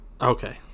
okay